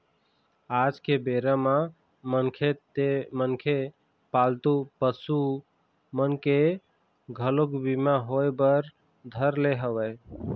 आज के बेरा म मनखे ते मनखे पालतू पसु मन के घलोक बीमा होय बर धर ले हवय